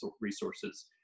resources